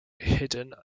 hidden